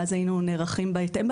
ואז היינו נערכים בהתאם,